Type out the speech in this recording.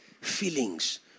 Feelings